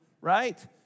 right